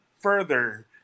Further